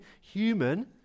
human